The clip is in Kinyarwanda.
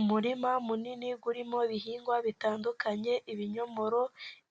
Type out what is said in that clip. Umurima munini urimo ibihingwa bitandukanye ibinyomoro,